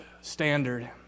standard